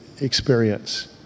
experience